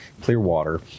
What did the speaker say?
Clearwater